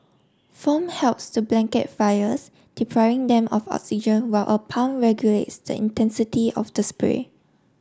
foam helps to blanket fires depriving them of oxygen while a pump regulates the intensity of the spray